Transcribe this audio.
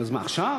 נו אז מה, עכשיו?